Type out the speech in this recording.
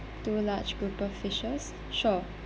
two large grouper fishes sure